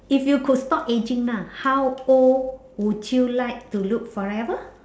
if you could stop aging lah how old would you like to look forever